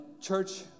church